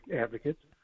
advocates